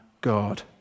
God